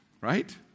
right